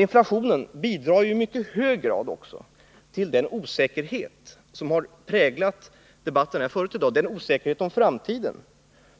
Inflationen bidrar i mycket hög grad till den osäkerhet om framtiden som har präglat debatten här förut i dag och